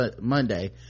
Monday